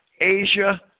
Asia